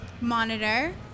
monitor